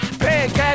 big